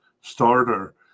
starter